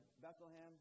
Bethlehem